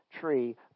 tree